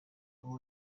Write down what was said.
old